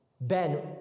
Ben